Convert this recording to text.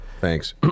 Thanks